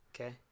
Okay